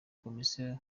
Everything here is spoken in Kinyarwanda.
komisiyo